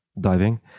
diving